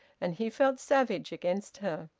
and he felt savage against her.